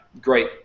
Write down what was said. great